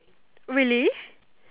really